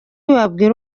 wabwira